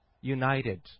united